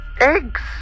Eggs